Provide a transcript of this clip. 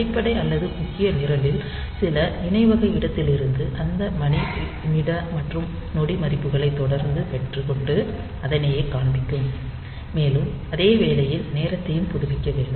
அடிப்படை அல்லது முக்கிய நிரலில் சில நினைவக இடத்திலிருந்து அந்த மணி நிமிட மற்றும் நொடி மதிப்புகளை தொடர்ந்து பெற்றுக் கொண்டு அதனையே காண்பிக்கும் மேலும் அதே வேளையில் நேரத்தையும் புதுப்பிக்க வேண்டும்